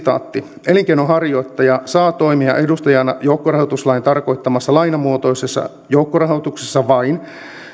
elinkeinonharjoittaja saa toimia edustajana joukkorahoituslain tarkoittamassa lainamuotoisessa joukkorahoituksessa vain